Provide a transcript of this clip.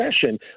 session